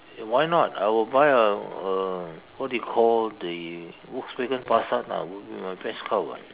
why not I will buy a a what do you call the Volkswagen Passat lah it would be my best car [what]